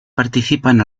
participan